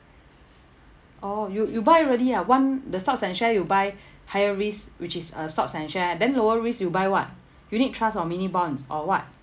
oh you you buy really ah one the stocks and share you buy higher risk which is uh stocks and share then lower risk you buy what unit trust or mini bond or what